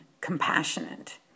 compassionate